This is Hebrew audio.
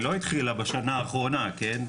היא לא התחילה בשנה האחרונה, כן?